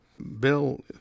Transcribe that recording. bill